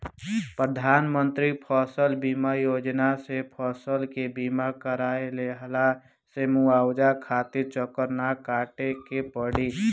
प्रधानमंत्री फसल बीमा योजना से फसल के बीमा कराए लेहला से मुआवजा खातिर चक्कर ना काटे के पड़ी